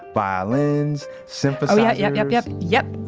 violins, synthesizers yeah yeah yep, yep, yep.